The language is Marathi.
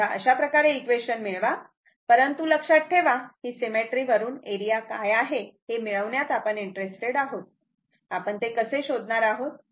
तेव्हा अशाप्रकारे इक्वेशन मिळवा परंतु लक्षात ठेवा ही सिमेट्री वरून एरिया काय आहे हे मिळवण्यात आपण इंटरेस्टेड आहोत आपण ते कसे शोधणार आहोत